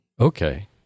Okay